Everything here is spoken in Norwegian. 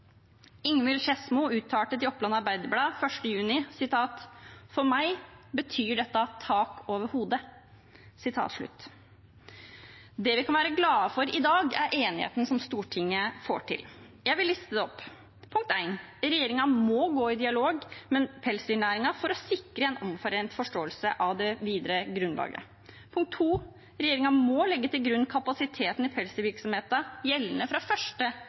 Ingvild Skedsmo uttalte til Oppland Arbeiderblad 1. juni: «For meg betyr det tak over hodet.» Det vi kan være glade for i dag, er enigheten som Stortinget får til. Jeg vil liste det opp. Punkt 1: Regjeringen må gå i dialog med pelsdyrnæringen for å sikre en omforent forståelse av det videre grunnlaget. Punkt 2: Regjeringen må legge til grunn kapasiteten i pelsdyrvirksomheten gjeldende fra